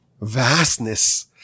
vastness